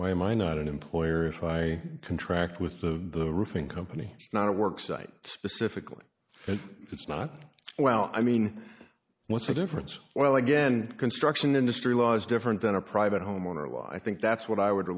why am i not an employer if i contract with the roofing company it's not a work site specifically and it's not well i mean what's the difference well again construction industry laws different than a private homeowner lie i think that's what i would